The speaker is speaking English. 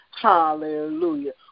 Hallelujah